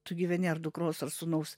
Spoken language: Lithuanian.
tu gyveni ar dukros ar sūnaus